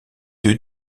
deux